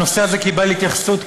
הנושא הזה קיבל התייחסות,